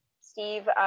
steve